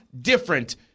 different